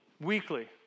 weekly